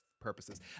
purposes